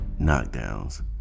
knockdowns